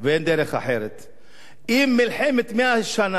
אם מלחמת מאה השנה, השר פלד,